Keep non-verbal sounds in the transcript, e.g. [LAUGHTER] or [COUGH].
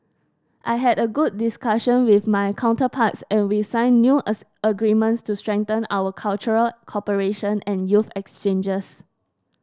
I had a good discussion with my counterparts and we signed new [UNINTELLIGIBLE] agreements to strengthen our cultural cooperation and youth exchanges